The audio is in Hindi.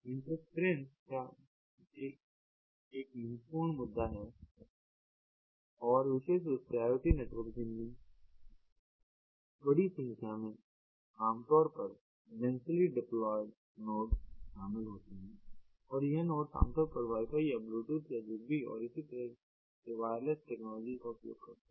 इंटरफ्रेंस एक महत्वपूर्ण मुद्दा है और विशेष रूप से IoT नेटवर्क जिनमें बड़ी संख्या में आमतौर पर डेंसली डिप्लॉयड नोड्स शामिल होते हैं और यह नोड्स आमतौर पर वाईफ़ाई या ब्लूटूथ या ज़िगबी और इसी तरह से वायरलेस टेक्नोलॉजी का उपयोग करते हैं